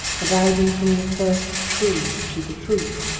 had i been from the first true to the truth,